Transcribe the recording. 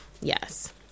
yes